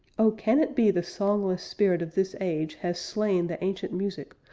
oh! can it be the songless spirit of this age has slain the ancient music,